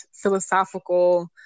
philosophical